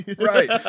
right